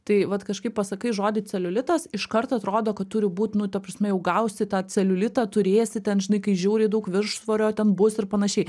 tai vat kažkaip pasakai žodį celiulitas iš karto atrodo kad turi būt nu ta prasme jau gausi tą celiulitą turėsi ten žinai kai žiauriai daug viršsvorio ten bus ir panašiai